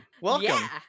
Welcome